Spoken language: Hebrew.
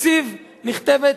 בתקציב נכתבת